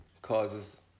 Causes